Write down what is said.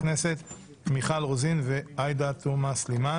אנחנו עוברים לסעיף שני שעל סדר היום,